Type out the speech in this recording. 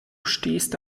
stehst